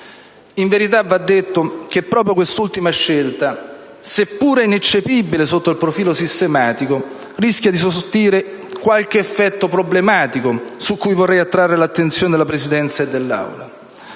In verità, va detto che proprio quest'ultima scelta, seppure ineccepibile sotto il profilo sistematico, rischia di sortire qualche effetto problematico su cui vorrei attrarre l'attenzione della Presidenza e dell'Aula.